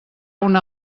una